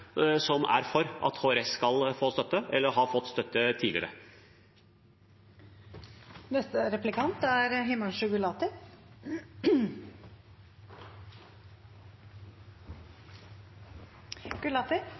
som er for at HRS skal få støtte eller har fått støtte tidligere. Som jeg sa i mitt innlegg, mener jeg at Norge trolig er